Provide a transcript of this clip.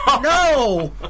No